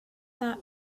that